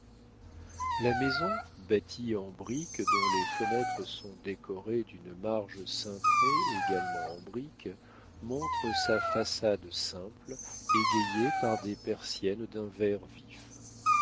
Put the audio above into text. la maison bâtie en brique dont les fenêtres sont décorées d'une marge cintrée également en brique montre sa façade simple égayée par des persiennes d'un vert vif